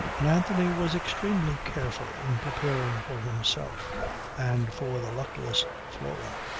and anthony was extremely careful in preparing for himself and for the luckless flora,